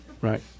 Right